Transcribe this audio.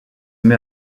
met